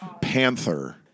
Panther